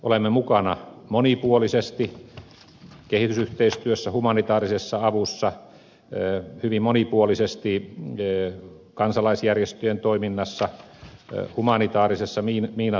olemme mukana monipuolisesti kehitysyhteistyössä humanitaarisessa avussa hyvin monipuolisesti kansalaisjärjestöjen toiminnassa humanitaarisessa miinatoiminnassa